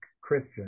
Christian